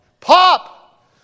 Pop